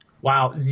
Wow